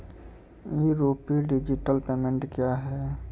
ई RUPI digital payment क्या हैं?